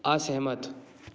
असहमत